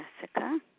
Jessica